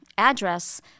address